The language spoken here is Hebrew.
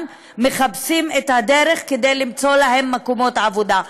מחפשים את הדרך למצוא להן מקומות עבודה.